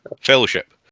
Fellowship